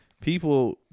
People